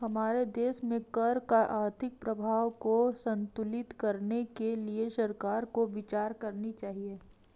हमारे देश में कर का आर्थिक प्रभाव को संतुलित करने के लिए सरकार को विचार करनी चाहिए